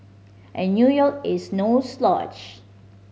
and New York is no slouch